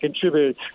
contribute